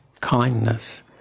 Kindness